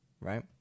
right